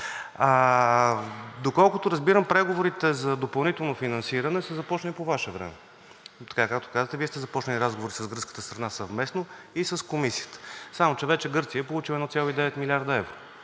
Доколкото разбирам, преговорите за допълнително финансиране са започнали по Ваше време. Така, както казахте – Вие сте започнали разговори с гръцката страна съвместно и с Комисията, само че вече Гърция е получила 1,9 млрд. евро,